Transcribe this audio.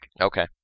Okay